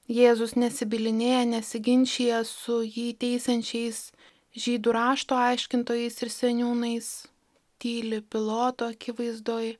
jėzus nesibylinėja nesiginčija su jį teisiančiais žydų rašto aiškintojais ir seniūnais tyli piloto akivaizdoj